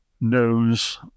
knows